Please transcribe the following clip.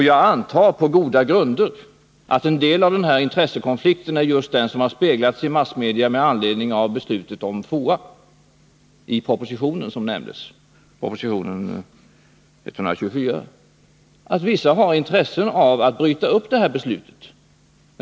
Jag antar på goda grunder att en del av intressekonflikterna— just de som har speglats i massmedia med anledning av beslutet om FOA som nämndes i propositionen 1980/81:124 — beror på att vissa har intresse av att bryta upp beslutet.